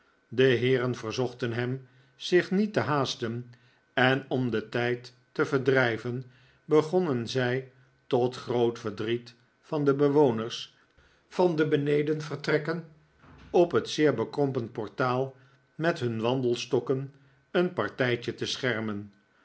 de heeren verzochten hem zich niet te haasten en om den tijd te verdrijven begonnen zij tot groot verdriet van de bewoners van de benedenvertrekken op het zeer bekrompen portaal met hun wandelstokken een partijtje te schermen